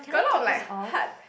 got a lot of like hard